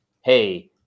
hey –